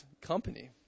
company